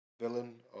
villain